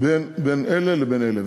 בין אלה לבין אלה.